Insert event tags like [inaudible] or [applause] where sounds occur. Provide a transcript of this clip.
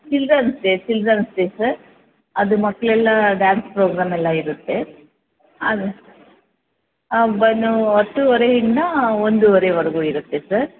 children's day children's day sir ಅದು ಮಕ್ಕಳೆಲ್ಲ dance programme ಎಲ್ಲ ಇರುತ್ತೆ ಅದು [unintelligible] ಹತ್ತೂವರೆಯಿಂದ ಒಂದೂವರೆವರೆಗೂ ಇರುತ್ತೆ ಸರ್